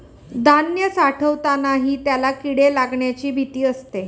धान्य साठवतानाही त्याला किडे लागण्याची भीती असते